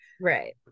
Right